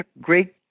great